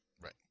Right